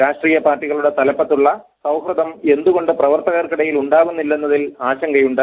രാഷ്ട്രീയ പാർട്ടികളുടെ തലപ്പത്തുള്ള സൌഹൃദം എന്തുകൊണ്ട് പ്രവർത്തകർക്കിടയിൽ ഉണ്ടാവുന്നില്ലെന്നതിൽ ആശങ്കയുണ്ട്